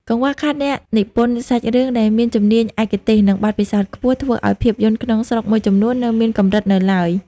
កង្វះខាតអ្នកនិពន្ធសាច់រឿងដែលមានជំនាញឯកទេស និងបទពិសោធន៍ខ្ពស់ ធ្វើឱ្យភាពយន្តក្នុងស្រុកមួយចំនួននៅមានកម្រិតនៅឡើយ។